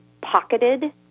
pocketed